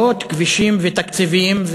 כבישים ותקציבים,